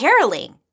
caroling